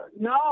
No